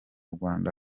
rwanda